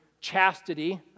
chastity